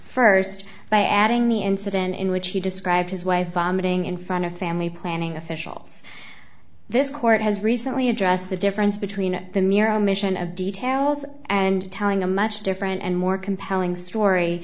testimony st by adding the incident in which he described his wife vomiting in front of family planning officials this court has recently addressed the difference between the mere omission of details and telling a much different and more compelling story